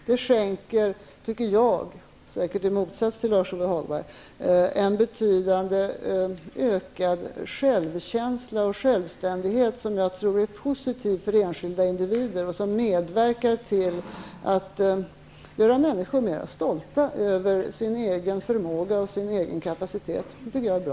Jag tycker -- säkert i motsats till Lars Ove Hagberg -- att det skänker en betydande ökad självkänsla och självständighet, som jag tror är positiv för enskilda individer och som medverkar till att göra människor mera stolta över sin egen förmåga och sin egen kapacitet. Det tycker jag är bra.